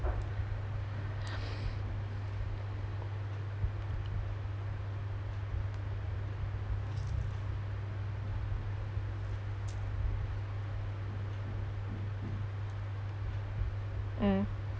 mm